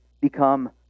become